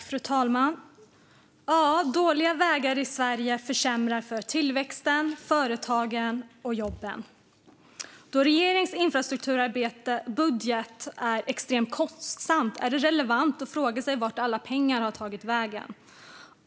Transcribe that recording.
Fru talman! Dåliga vägar i Sverige försämrar för tillväxten, företagen och jobben. Eftersom regeringens infrastrukturbudget är extremt kostsam är det relevant att fråga sig vart alla pengar har tagit vägen.